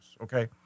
Okay